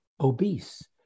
obese